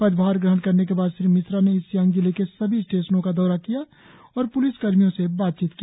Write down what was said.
पदभार ग्रहण करने के बाद श्री मिश्रा ने ईस्ट सियांग जिले के सभी स्टेशनों का दौरा किया और प्लिस कर्मियों से बातचीत की